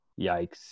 Yikes